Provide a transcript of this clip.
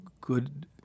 good